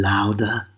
Louder